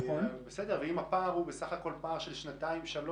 אם הפער הוא בסך הכל של שנתיים-שלוש,